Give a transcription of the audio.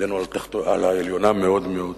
ידנו על העליונה מאוד מאוד.